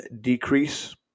decrease